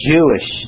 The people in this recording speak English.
Jewish